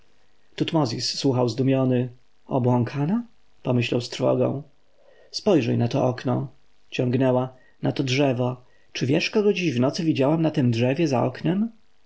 tutmozis słuchał zdumiony obłąkana pomyślał z trwogą spojrzyj na to okno ciągnęła na to drzewo czy wiesz kogo dziś w nocy widziałam na tem drzewie za oknem